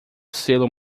selo